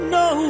no